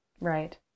Right